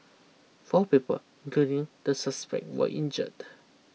four people including the suspect were injured